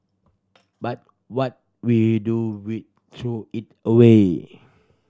but what we do we throw it away